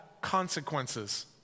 consequences